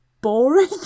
boring